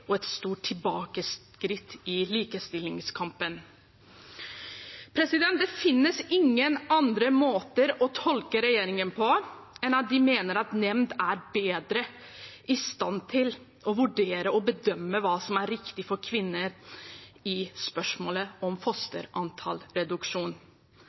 og et stort tilbakeskritt i likestillingskampen. Det finnes ingen andre måter å tolke regjeringen på enn at de mener at en nemnd er bedre i stand til å vurdere og bedømme hva som er riktig for kvinner i spørsmålet om